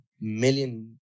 million